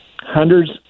hundreds